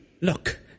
Look